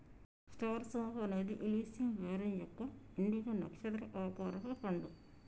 star సోంపు అనేది ఇలిసియం వెరమ్ యొక్క ఎండిన, నక్షత్రం ఆకారపు పండు